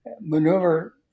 Maneuver